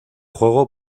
juego